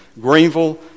Greenville